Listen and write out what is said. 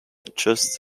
just